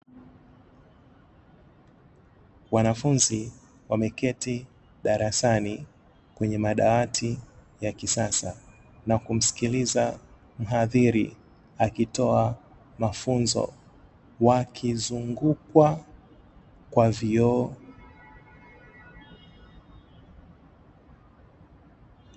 Wanafunzi wameketi darasani kwenye madawati ya kisasa na kumsikiliza mhadhiri ,akitoa mafunzo wakizungukwa kwa vioo.